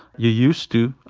you used to,